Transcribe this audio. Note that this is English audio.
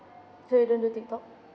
so you don't do tiktok